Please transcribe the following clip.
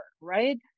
right